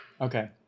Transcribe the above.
Okay